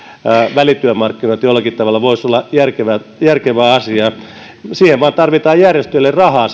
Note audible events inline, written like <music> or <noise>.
välityömarkkinoita jollakin tavalla voisi olla järkevä asia siihen vapaaehtoistoimintaan vain tarvitaan järjestöille rahaa <unintelligible>